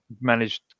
managed